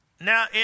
now